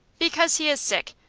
because he is sick.